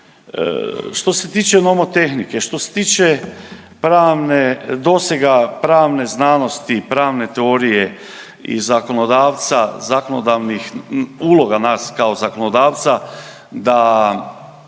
što se tiče nomotehnike, što se tiče pravne dosega pravne znanosti i pravne teorije i zakonodavca, zakonodavnih uloga nas kao zakonodavca da